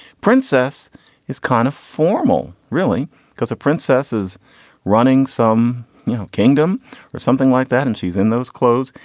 princess is kind of formal really because of princesses running some kingdom or something like that. and she's in those clothes.